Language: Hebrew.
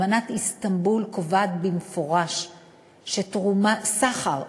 אמנת איסטנבול קובעת במפורש שתרומת, סחר באיברים,